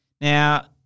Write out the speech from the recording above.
Now